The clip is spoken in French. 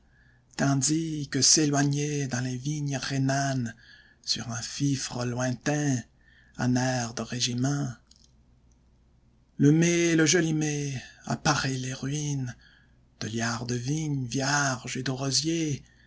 tandis que s'éloignait dans les vignes rhénanes sur un fifre lointain un air de régiment le mai le joli mai a paré les ruines de lierre de vigne vierge et de rosiers